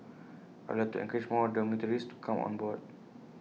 I would like to encourage more dormitories to come on board